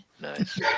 Nice